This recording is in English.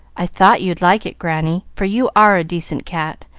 i thought you'd like it, granny, for you are a decent cat,